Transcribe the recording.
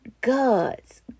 God's